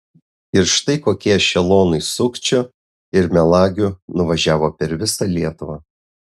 ir štai kokie ešelonai sukčių ir melagių nuvažiavo per visą lietuvą